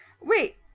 Wait